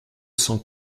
cent